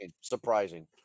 Surprising